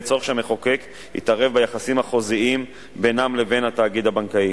צורך שהמחוקק יתערב ביחסים החוזיים בינם לבין התאגיד הבנקאי.